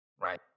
Right